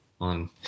on